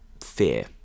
fear